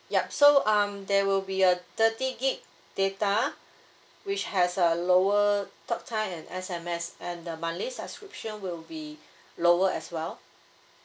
yup so um there will be a thirty gig data which has a lower talk time and S_M_S and the monthly subscription will be lower as well